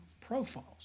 profiles